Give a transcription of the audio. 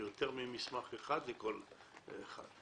זה יותר ממסמך אחד לכל אחד.